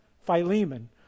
Philemon